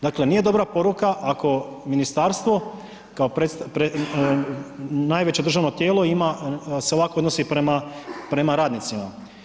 Dakle, nije dobra poruka ako ministarstvo kao najveće državno tijelo ima, se ovako odnosi prema, prema radnicima.